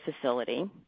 facility